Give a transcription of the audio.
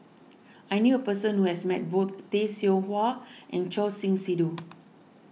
I knew a person who has met both Tay Seow Huah and Choor Singh Sidhu